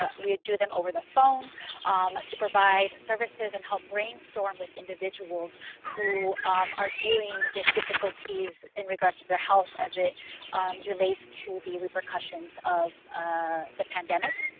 ah we do them over the phone um to provide services and help brainstorm with individuals who are dealing with difficulties in regards to their health, as it relates to the repercussions of ah the pandemic.